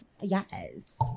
Yes